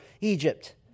Egypt